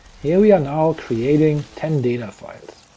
here we are now, creating ten data files,